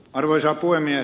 arvoisa puhemies